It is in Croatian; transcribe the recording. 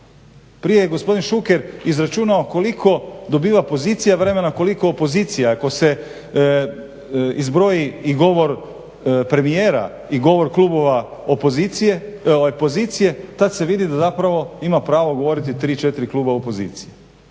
Prije je gospodin Šuker izračunao koliko dobiva pozicija vremena, koliko opozicija. Ako se izbroji i govor premijera i govor klubova pozicije tad se vidi da zapravo ima pravo govoriti tri, četiri kluba opozicije.